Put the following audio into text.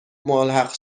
ملحق